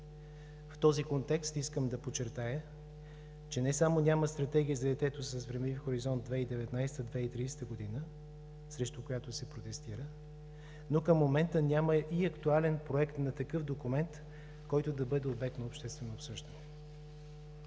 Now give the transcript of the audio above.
В този контекст искам да подчертая, че не само няма Стратегия за детето с времеви хоризонт 2019 – 2030 г., срещу която се протестира, но към момента няма и актуален проект на такъв документ, който да бъде обект на обществено обсъждане.